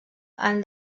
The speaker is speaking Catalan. han